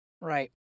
Right